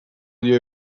dio